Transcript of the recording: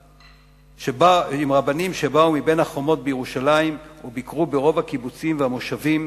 עם רבנים שבאו מבין החומות בירושלים וביקרו ברוב הקיבוצים והמושבים,